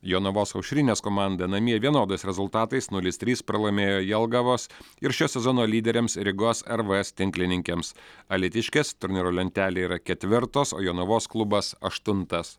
jonavos aušrinės komanda namie vienodais rezultatais nulis trys pralaimėjo jelgavos ir šio sezono lyderėms rygos rvs tinklininkėms alytiškės turnyro lentelėje yra ketvirtos o jonavos klubas aštuntas